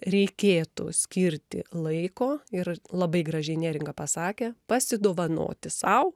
reikėtų skirti laiko ir labai gražiai neringa pasakė pasidovanoti sau